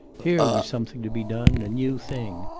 here was something to be done, a new thing.